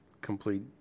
complete